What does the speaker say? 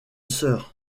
sœur